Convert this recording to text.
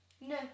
no